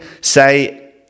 say